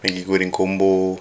mee goreng combo